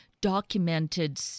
documented